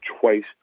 twice